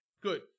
good